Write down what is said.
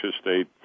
State